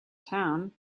town